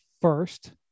first